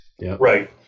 Right